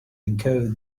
encode